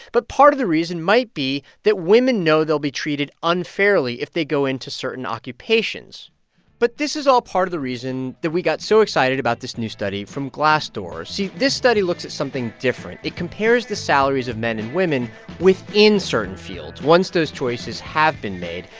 but part of the reason might be that women know they'll be treated unfairly if they go into certain occupations but this is all part of the reason that we got so excited about this new study from glassdoor. see, this study looks at something different. it compares the salaries of men and women within certain fields once those choices have been made,